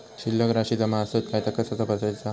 शिल्लक राशी जमा आसत काय ता कसा बगायचा?